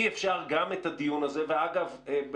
אגב,